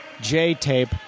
J-tape